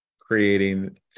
creating